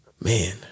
man